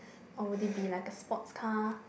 or would it be like a sports car